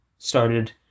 Started